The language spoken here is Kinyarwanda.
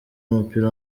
w’umupira